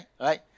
right